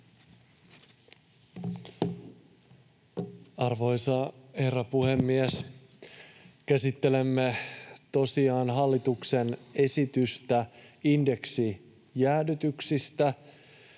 Arvoisa herra puhemies! Käsittelemme tosiaan hallituksen esitystä indeksijäädytyksistä